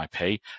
IP